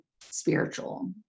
spiritual